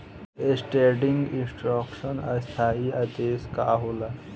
Standing instruction स्थाई आदेश का होला?